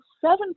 seven